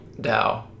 DAO